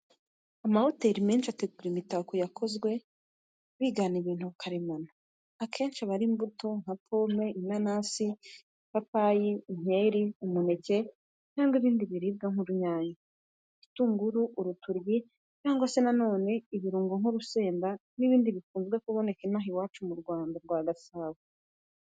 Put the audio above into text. Amahoteri menshi ategura imitako yakozwe bigana ibintu karemano, akenshi aba ari imbuto nka pome, inanasi, ipapayi, inkeri, umuneke cyangwa ibindi biribwa nk'urunyanya, igitunguru, urutoryi cyangwa se na none ibirungo nk'urusenda n'ibindi bidakunze kuboneka inaha iwacu mu Rwanda rwa Gasabo.